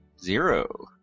Zero